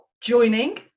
joining